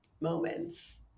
moments